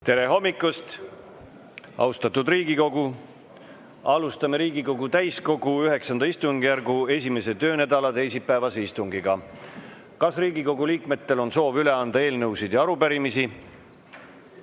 Tere hommikust! Austatud Riigikogu! Alustame Riigikogu täiskogu IX istungjärgu esimese töönädala teisipäevast istungit. Kas Riigikogu liikmetel on soovi üle anda eelnõusid ja arupärimisi?